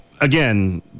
again